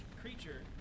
creature